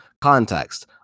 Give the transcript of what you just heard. context